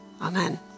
Amen